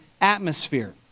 atmosphere